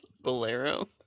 bolero